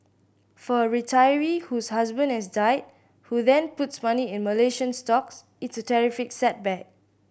for a retiree whose husband has died who then puts money in Malaysian stocks it's a terrific setback